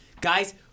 guys